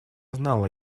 знала